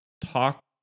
talk